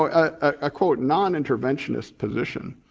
i ah quote non-interventionists position